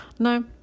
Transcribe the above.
no